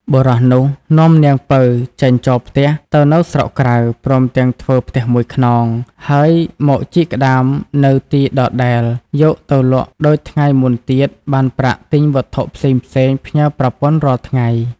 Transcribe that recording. បុរសនោះ នាំនាងពៅចេញចោលផ្ទះទៅនៅស្រុកក្រៅ ព្រមទាំងធ្វើផ្ទះ១ខ្នង ហើយមកជីកក្ដាមនៅទីដដែលយកទៅលក់ដូចថ្ងៃមុនទៀតបានប្រាក់ទិញវត្ថុផ្សេងៗផ្ញើប្រពន្ធរាល់ថ្ងៃ។